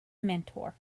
mentor